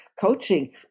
coaching